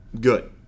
good